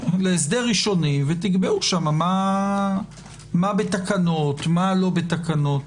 להסדר ראשוני, ותקבעו שם מה בתקנות, מה לא בתקנות.